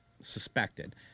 suspected